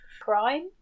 Crime